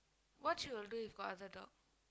what she will do if got other dog